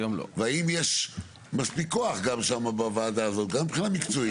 האם יש מספיק כוח גם שם בוועדה הזאת גם מבחינה מקצועית?